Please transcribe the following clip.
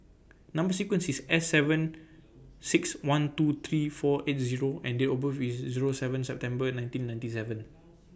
Number sequence IS S seven six one two three four eight O and Date of birth IS Zero seven September nineteen ninety seven